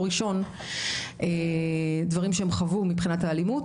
ראשון דברים שהם חוו מבחינת האלימות,